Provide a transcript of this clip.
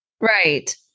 Right